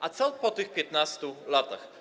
A co po tych 15 latach?